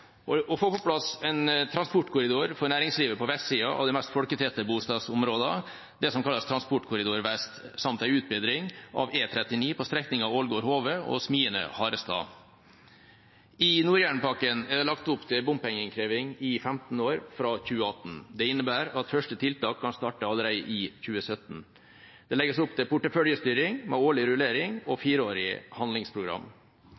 å få på plass en transportkorridor for næringslivet på vestsiden av de mest folketette boligområdene, det som kalles Transportkorridor vest, samt en utbedring av E39 på strekningen Ålgård–Hove og Smiene–Harestad I Nord-Jæren-pakken er det lagt opp til en bompengeinnkreving i 15 år fra 2018. Det innebærer at første tiltak kan starte allerede i 2017. Det legges opp til porteføljestyring med årlig rullering og